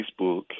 Facebook